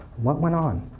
what went on?